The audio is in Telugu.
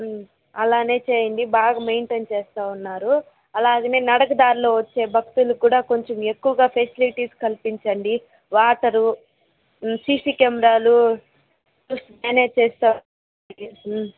అలానే చేయండి బాగా మెయింటైన్ చేస్తాను ఉన్నారు అలాగనే నడక దారిలో వచ్చే భక్తులకు కూడా కొంచం ఎక్కువగా ఫెసిలిటీస్ కల్పించండి వాటరు సిసి కెమెరాలు మేనేజ్ చేస్తాను